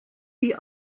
die